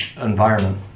environment